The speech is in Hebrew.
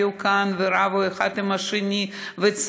היו כאן ורבו אחד עם השני וצעקו,